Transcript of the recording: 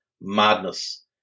Madness